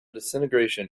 disintegration